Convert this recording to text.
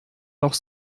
noch